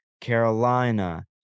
Carolina